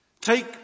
Take